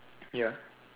ya